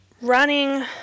Running